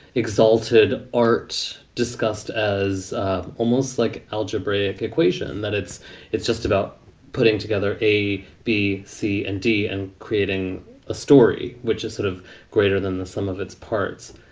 exalted arts discussed as almost like algebraic equation, that it's it's just about putting together a, b, c and d and creating a story which is sort of greater than the sum of its parts.